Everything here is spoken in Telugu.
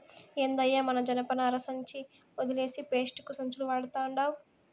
ఏందయ్యో మన జనపనార సంచి ఒదిలేసి పేస్టిక్కు సంచులు వడతండావ్